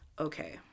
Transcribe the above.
okay